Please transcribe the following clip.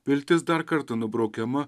viltis dar kartą nubraukiama